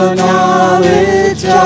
knowledge